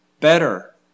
better